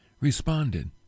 responded